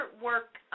work